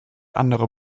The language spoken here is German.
anderer